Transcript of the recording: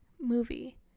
movie